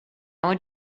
want